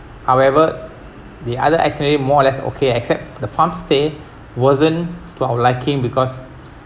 however the other actually more or less okay except the farmstay wasn't to our liking because